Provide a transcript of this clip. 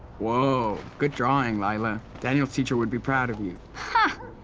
whoa, good drawing, lyla. daniel's teacher would be proud of you. ha.